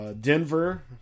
Denver